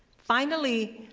finally,